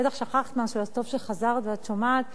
בטח שכחת משהו, אז טוב שחזרת ואת שומעת.